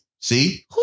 See